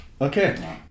Okay